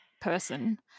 person